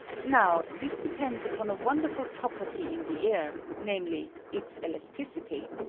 now this depends upon a wonderful property in the air, namely, its elasticity,